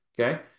okay